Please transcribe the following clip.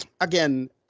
again